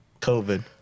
COVID